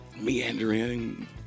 meandering